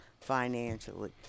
financially